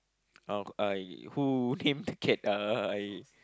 uh I who named Kat uh I